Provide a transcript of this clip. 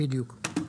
בדיוק.